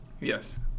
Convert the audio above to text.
Yes